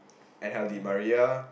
and have the Di-Maria